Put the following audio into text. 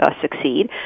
succeed